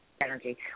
energy